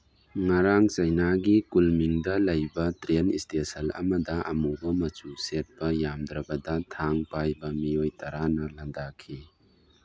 ꯉꯔꯥꯡ ꯆꯩꯅꯥꯒꯤ ꯀꯨꯜꯃꯤꯟꯗ ꯂꯩꯕ ꯇ꯭ꯔꯦꯟ ꯏꯁꯇꯦꯁꯜ ꯑꯃꯗ ꯑꯃꯨꯕ ꯃꯆꯨ ꯁꯦꯠꯄ ꯌꯥꯝꯗ꯭ꯔꯕꯗ ꯊꯥꯡ ꯄꯥꯏꯕ ꯃꯤꯑꯣꯏ ꯇꯔꯥꯅ ꯂꯟꯗꯥꯈꯤ